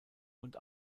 und